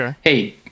hey